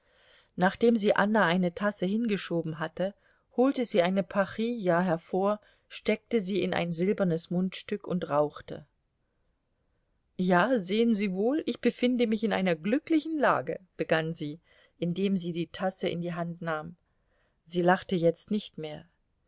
nachdem sie anna eine tasse hingeschoben hatte holte sie eine pajilla hervor steckte sie in ein silbernes mundstück und rauchte ja sehen sie wohl ich befinde mich in einer glücklichen lage begann sie indem sie die tasse in die hand nahm sie lachte jetzt nicht mehr